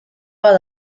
bat